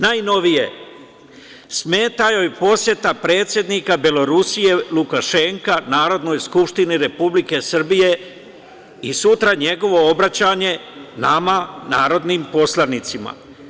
Najnovije, smeta joj poseta predsednika Belorusije Lukašenka Narodnoj skupštini Republike Srbije i sutra njegovo obraćanje nama narodnim poslanicima.